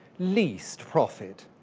least profit,